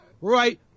right